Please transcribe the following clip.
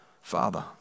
Father